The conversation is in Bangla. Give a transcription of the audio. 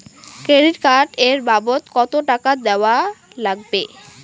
ক্রেডিট কার্ড এর বাবদ কতো টাকা দেওয়া লাগবে?